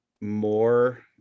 more